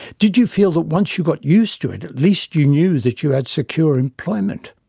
did you feel that once you got used to it, at least you knew that you had secure employment?